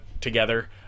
together